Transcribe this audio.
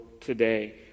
today